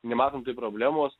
nematom tai problemos